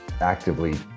actively